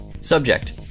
Subject